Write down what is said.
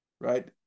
right